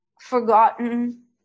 forgotten